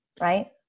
right